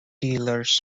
dealers